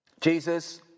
Jesus